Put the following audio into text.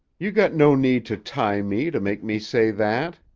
you got no need to tie me to make me say that.